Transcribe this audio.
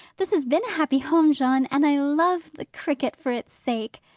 this has been a happy home, john and i love the cricket for its sake!